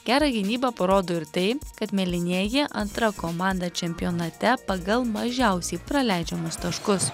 gerą gynybą parodo ir tai kad mėlynieji antra komanda čempionate pagal mažiausiai praleidžiamus taškus